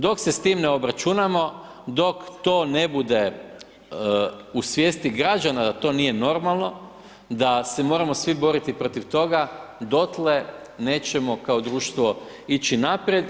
Dok se sa tim ne obračunamo, dok to ne bude u svijesti građana da to nije normalno, da se moramo svi boriti protiv toga dotle nećemo kao društvo ići naprijed.